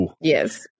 Yes